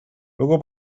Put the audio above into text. luego